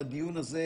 בישיבה הזאת,